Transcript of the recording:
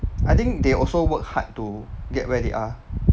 I think they also work hard to get where they are